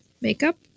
makeup